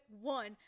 one